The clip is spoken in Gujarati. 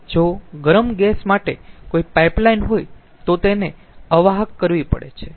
જો ગરમ ગેસ માટે કોઈ પાઇપલાઇન હોય તો તેને અવાહક કરવી પડે છે